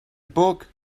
book